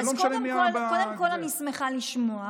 אז קודם כול אני שמחה לשמוע,